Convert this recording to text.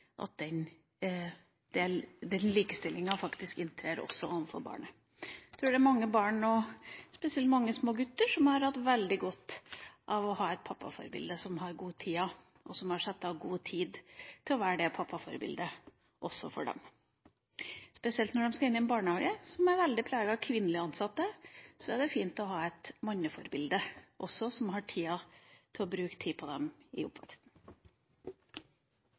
at den likestillingen inntrer også overfor barnet. Jeg tror det er mange barn – spesielt mange små gutter – som har hatt veldig godt av å ha et pappaforbilde, en pappa som har god tid, og som har satt av god tid til å være det pappaforbildet, også for dem. Spesielt når de skal inn i en barnehage, som er veldig preget av kvinnelige ansatte, er det fint å ha et manneforbilde som også har tid til å bruke tid på dem i oppveksten.